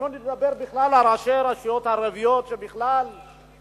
שלא לדבר בכלל על ראשי הרשויות הערביות, הדרוזיות,